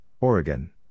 Oregon